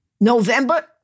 November